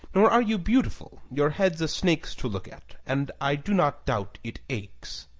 nor are you beautiful your head's a snake's to look at, and i do not doubt it aches.